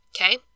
okay